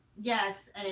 Yes